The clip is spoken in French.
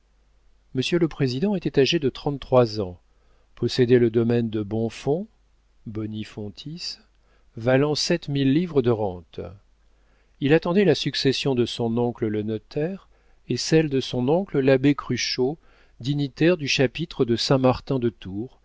monsieur le président était âgé de trente-trois ans possédait le domaine de bonfons boni fontis valant sept mille livres de rente il attendait la succession de son oncle le notaire et celle de son oncle l'abbé cruchot dignitaire du chapitre de saint-martin de